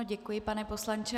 Děkuji, pane poslanče.